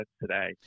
today